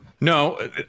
No